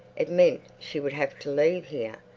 it meant she would have to leave here,